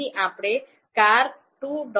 તેથી આપણે car2